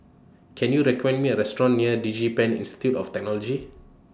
Can YOU recommend Me A Restaurant near Digipen Institute of Technology